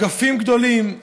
אגפים גדולים,